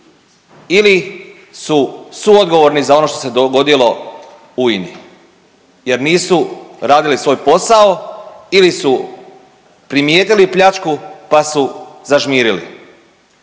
ili su suodgovorni za ono što se dogodilo u INA-i jer nisu radili svoj posao ili su primijetili pljačku pa su zažmirili